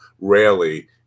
rarely